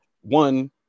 one